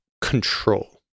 control